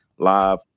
live